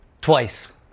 twice